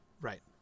Right